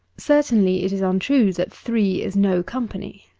certainly, it is untrue that three is no, company.